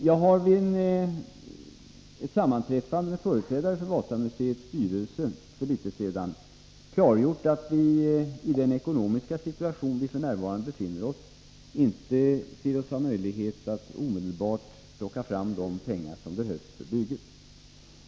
Jag har vid ett sammanträffande med företrädare för Wasamuseets styrelse för litet sedan klargjort att vi i den ekonomiska situation som vi nu befinner oss i inte anser oss ha möjlighet att omedelbart plocka fram de pengar som behövs för bygget.